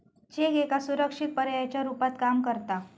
check एका सुरक्षित पर्यायाच्या रुपात काम करता